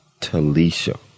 Talisha